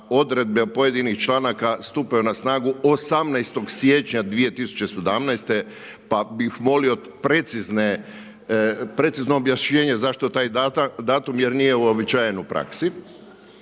odredbe pojedinih članaka stupaju na snagu 18 siječnja 2017. Pa bih molio precizno objašnjenje zašto taj datum jer nije uobičajen u praksi